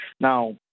Now